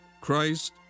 Christ